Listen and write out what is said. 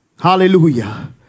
Hallelujah